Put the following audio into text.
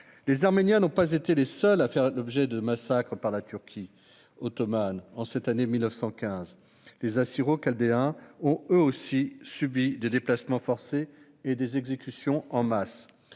Les Arméniens n'ont pas été les seules victimes des massacres perpétrés par la Turquie ottomane en cette année 1915. Les Assyro-Chaldéens ont, eux aussi, subi des déplacements forcés et des exécutions en masse.